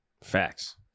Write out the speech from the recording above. Facts